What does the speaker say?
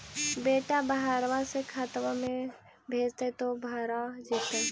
बेटा बहरबा से खतबा में भेजते तो भरा जैतय?